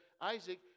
Isaac